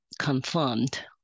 confirmed